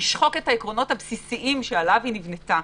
ונשחוק את העקרונות הבסיסיים שעליהם נבנתה,